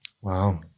Wow